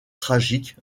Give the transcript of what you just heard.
tragique